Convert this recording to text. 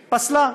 פסלה.